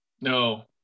No